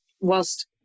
whilst